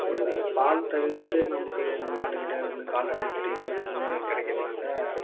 இதில் பால் தவிர்த்துவிட்டு நமக்கு இந்த மாட்டு கிட்டே இருந்து கால்நடைங்கள் கிட்டே இருந்து என்ன கிடைக்குதுன்னாக்கா